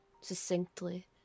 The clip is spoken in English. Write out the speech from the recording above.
succinctly